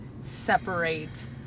separate